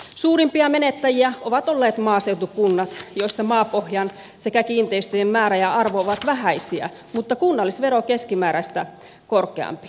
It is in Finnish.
suurimpia menettäjiä ovat olleet maaseutukunnat joissa maapohjan sekä kiinteistöjen määrä ja arvo ovat vähäisiä mutta kunnallisvero keskimääräistä korkeampi